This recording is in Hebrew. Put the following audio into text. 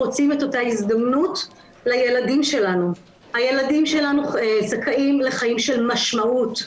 הילדים שלנו זכאים לחיים של משמעות.